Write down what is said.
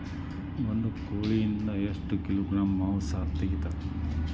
ಒಂದು ಕೋಳಿಯಿಂದ ಎಷ್ಟು ಕಿಲೋಗ್ರಾಂ ಮಾಂಸ ತೆಗಿತಾರ?